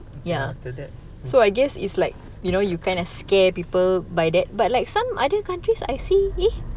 ya so I guess it's like you know you kind of scare people by that but like some other countries I see eh